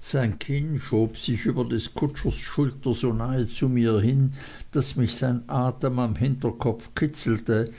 sein kinn schob sich über des kutschers schulter so nahe zu mir hin daß mich sein atem am hinterkopf kitzelte